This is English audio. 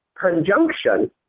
conjunction